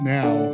now